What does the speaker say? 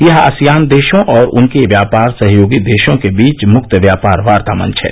यह आसियान देशों और उनके व्यापार सहयोगी देशों के बीच मुक्त व्यापार वार्ता मंच है